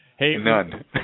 None